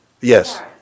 Yes